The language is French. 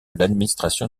l’administration